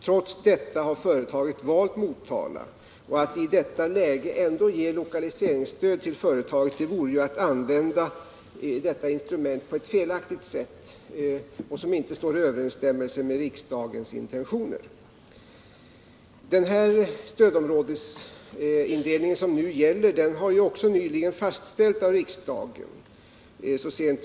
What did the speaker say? Trots detta har företaget valt Motala. Att i det läget ändå ge lokaliseringsstöd till företaget vore att använda detta instrument på ett felaktigt sätt och på ett sätt som inte står i överensstämmelse med riksdagens intentioner. Den stödområdesindelning som nu gäller har så sent som i juni månad i fjol fastställts av riksdagen.